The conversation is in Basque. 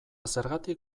zergatik